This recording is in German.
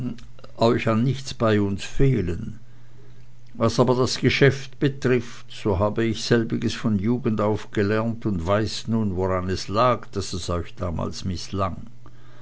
euch an nichts bei uns fehlen was aber das geschäft betrifft so habe ich selbiges von jugend auf gelernt und weiß nun woran es lag daß es euch damals mißlang